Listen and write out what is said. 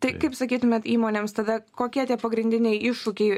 tai kaip sakytumėt įmonėms tada kokie tie pagrindiniai iššūkiai